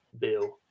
Bill